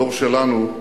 הדור של הורינו